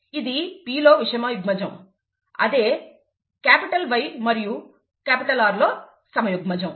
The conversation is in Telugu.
ఇది P లో విషమయుగ్మజము అదే Y మరియు R లో సమయుగ్మజము